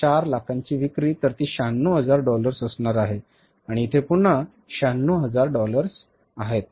4 लाखांची विक्री तर ती 96 हजार डॉलर्स असणार आहे आणि इथे पुन्हा 90 हजार डॉलर्स आहेत